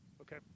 Okay